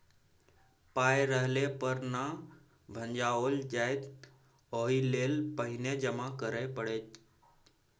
पाय रहले पर न भंजाओल जाएत ओहिलेल पहिने जमा करय पड़त